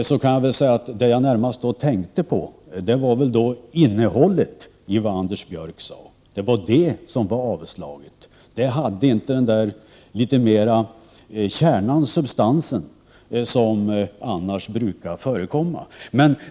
Jag kan då säga till Anders Björck att innehållet i det han sade var avslaget; det hade inte det där av kärna i substansen som annars brukar förekomma i hans inlägg.